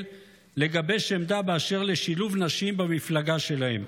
לגבש עמדה באשר לשילוב נשים במפלגה שלהם.